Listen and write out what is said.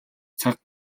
цаг